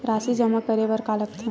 राशि जमा करे बर का का लगथे?